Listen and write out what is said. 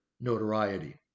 notoriety